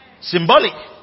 Symbolic